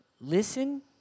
Listen